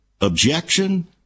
objection